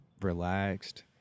relaxed